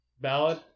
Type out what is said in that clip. Ballad